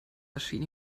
erschien